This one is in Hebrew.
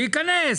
להיכנס